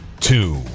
two